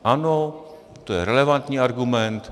Ano, to je relevantní argument.